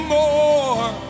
more